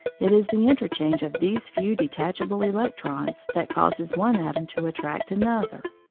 it is the interchange of these few detachable electrons that causes one atom to attract another.